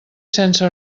sense